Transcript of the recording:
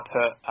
put